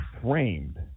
framed